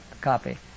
copy